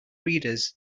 readers